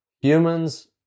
humans